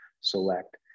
select